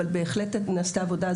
אבל נעשתה עבודה.